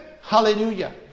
Hallelujah